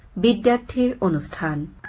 big bac p sort of